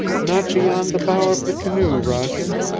not beyond the bow of the canoe, roger.